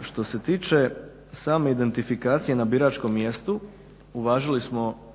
Što se tiče same identifikacije na samom mjestu uvažili smo